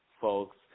folks